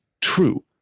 true